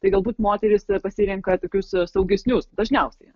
tai galbūt moterys pasirenka tokius saugesnius dažniausiai